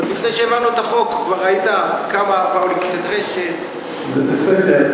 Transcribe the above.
עוד לפני שהעברנו את החוק כבר ראית כמה באו לקנות את "רשת" זה בסדר.